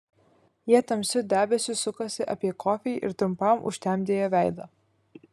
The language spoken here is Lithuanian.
jie tamsiu debesiu sukosi apie kofį ir trumpam užtemdė jo veidą